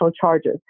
charges